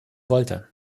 wollte